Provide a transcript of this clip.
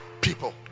people